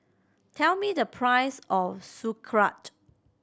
tell me the price of Sauerkraut